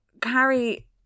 Carrie